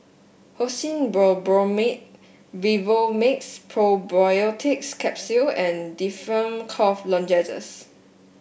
Hyoscine Butylbromide Vivomixx Probiotics Capsule and Difflam Cough Lozenges